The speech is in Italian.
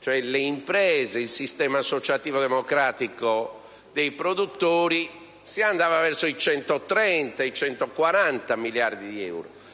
cioè le imprese e il sistema associativo democratico dei produttori, si arrivava a 130-140 miliardi di euro.